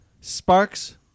Sparks